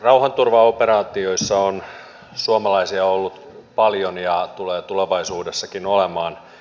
rauhanturvaoperaatioissa on suomalaisia ollut paljon ja tulee tulevaisuudessakin olemaan